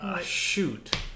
shoot